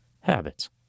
habits